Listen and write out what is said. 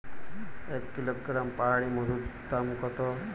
এক কিলোগ্রাম পাহাড়ী মধুর দাম কত?